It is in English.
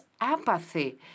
apathy